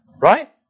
right